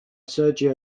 sergio